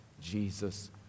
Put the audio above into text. Jesus